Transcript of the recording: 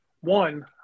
one